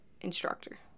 instructor